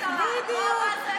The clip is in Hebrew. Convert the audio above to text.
ואני מתגעגעת לכנסת,